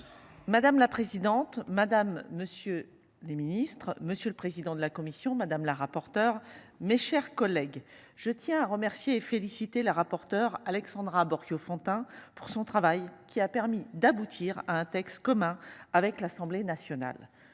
Madame la présidente Madame Monsieur le Ministre, monsieur le président de la commission, madame la rapporteure, mes chers collègues, je tiens à remercier et féliciter la rapporteure Alexandra Borchio-Fontimp pour son travail qui a permis d'aboutir à un texte commun avec l'Assemblée nationale